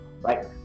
right